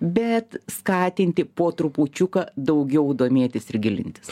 bet skatinti po trupučiuką daugiau domėtis ir gilintis